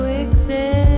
exist